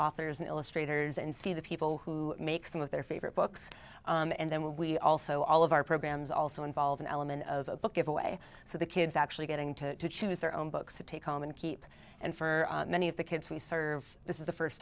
authors and illustrators and see the people who make some of their favorite books and then we also all of our programs also involve an element of a book giveaway so the kids actually getting to choose their own books to take home and keep and for many of the kids we serve this is the first